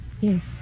Yes